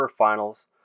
quarterfinals